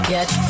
Get